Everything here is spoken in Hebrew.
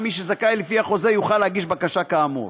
מי שזכאי לפי החוזה יוכל להגיש בקשה כאמור.